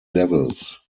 levels